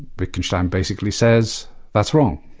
wittgenstein basically says that's wrong.